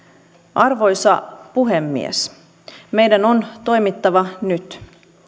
arvoisa puhemies meidän on toimittava nyt